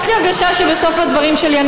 יש לי הרגשה שבסוף הדברים שלי,